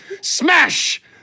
Smash